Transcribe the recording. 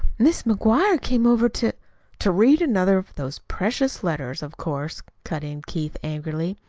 mrs. mcguire came over to to read another of those precious letters, of course, cut in keith angrily,